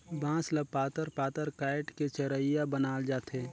बांस ल पातर पातर काएट के चरहिया बनाल जाथे